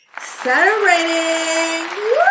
celebrating